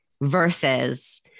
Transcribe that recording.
versus